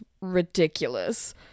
ridiculous